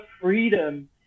freedom